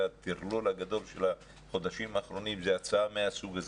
הטרלול הגדול של החודשים האחרונים זה הצעה מהסוג הזה,